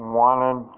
wanted